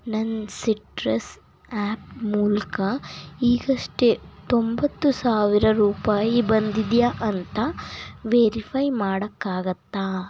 ನನ್ನ Citrus app ಮೂಲಕ ಈಗಷ್ಟೆ ತೊಂಬತ್ತು ಸಾವಿರ ರೂಪಾಯಿ ಬಂದಿದೆಯಾ ಅಂತ ವೆರಿಫೈ ಮಾಡೋಕ್ಕಾಗುತ್ತಾ